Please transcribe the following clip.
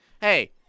hey